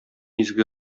изге